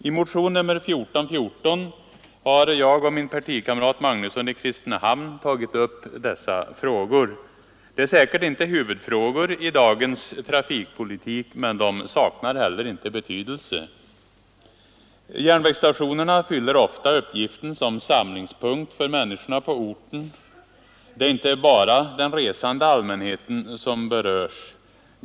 I motionen 1414 har min partikamrat herr Magnusson i Kristinehamn och jag tagit upp dessa frågor. De är säkert inte huvudfrågor i dagens trafikpolitik, men de saknar inte heller betydelse. Järnvägsstationen fyller ofta uppgiften som samlingspunkt för människorna på orten. Det är inte bara den resande allmänheten som berörs.